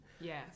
Yes